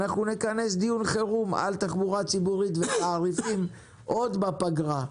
נכנס דיון חירום על תחבורה ציבורית ותעריפים עוד בפגרה.